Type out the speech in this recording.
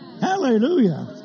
Hallelujah